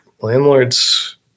landlords